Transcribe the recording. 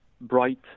bright